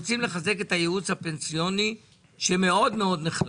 שהיא רוצה לחזק את הייעוץ הפנסיוני שמאוד מאוד נחלש.